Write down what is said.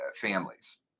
families